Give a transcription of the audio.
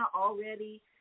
already